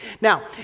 Now